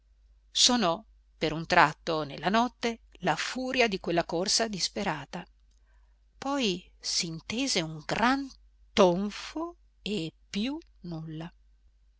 sonò per un tratto nella notte la furia di quella corsa disperata poi s'intese un gran tonfo e più nulla